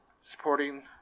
supporting